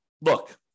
look